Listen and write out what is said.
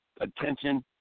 attention